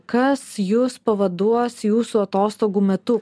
kas jus pavaduos jūsų atostogų metu